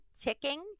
ticking